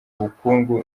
bukungu